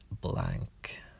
blank